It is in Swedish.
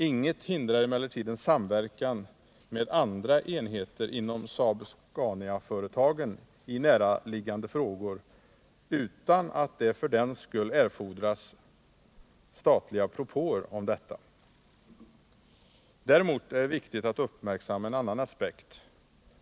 Inget hindrar en samverkan med andra enheter inom Saab-Scaniaföretagen i näraliggande frågor utan att det för den skull erfordras statliga propåer om detta. Däremot är det viktigt att uppmärksamma en annan aspekt.